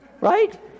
Right